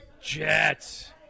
Jets